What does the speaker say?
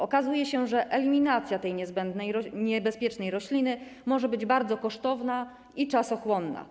Okazuje się, że eliminacja tej niebezpiecznej rośliny może być bardzo kosztowna i czasochłonna.